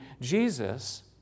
Jesus